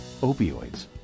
opioids